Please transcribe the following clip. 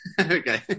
Okay